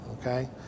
okay